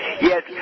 Yes